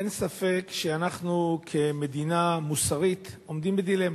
אין ספק שאנחנו, כמדינה מוסרית, עומדים בדילמה.